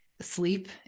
Sleep